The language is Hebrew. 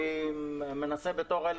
אני אומר את זה עכשיו למגדלים,